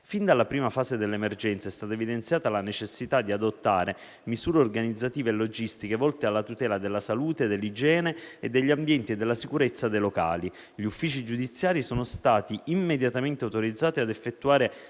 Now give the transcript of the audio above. Fin dalla prima fase dell'emergenza è stata evidenziata la necessità di adottare misure organizzative e logistiche volte alla tutela della salute e dell'igiene degli ambienti e della sicurezza dei locali. Gli uffici giudiziari sono stati immediatamente autorizzati ad effettuare